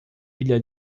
pilha